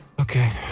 Okay